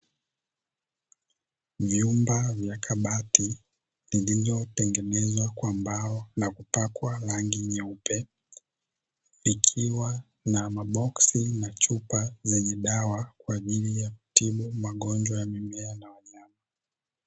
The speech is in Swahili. Vyumba vya kabati lililotengenezwa kwa mbao na kupakwa rangi nyeupe likiwa na maboksi na chupa zenye dawa kwa ajili ya kutibu magonjwa ya mimea na wanyama.